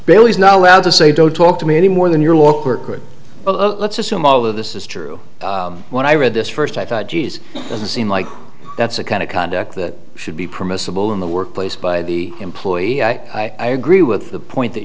bally's not allowed to say don't talk to me any more than your walker could let's assume all of this is true when i read this first i thought geez doesn't seem like that's the kind of conduct that should be permissible in the workplace by the employee i agree with the point that